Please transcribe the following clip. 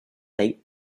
they